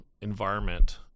environment